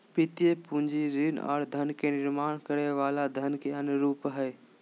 वित्तीय पूंजी ऋण आर धन के निर्माण करे वला धन के अन्य रूप हय